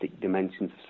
dimensions